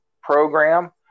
program